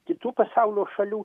kitų pasaulio šalių